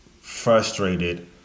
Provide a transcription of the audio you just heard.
frustrated